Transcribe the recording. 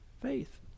faith